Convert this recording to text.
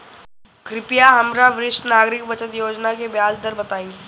कृपया हमरा वरिष्ठ नागरिक बचत योजना के ब्याज दर बताइं